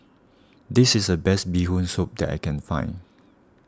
this is the best Bee Hoon Soup that I can find